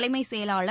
தலைமைச் செயலாளர்